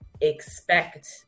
expect